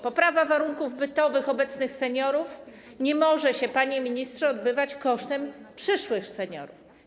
Poprawa warunków bytowych obecnych seniorów nie może się, panie ministrze, odbywać kosztem przyszłych seniorów.